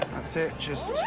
that's it. just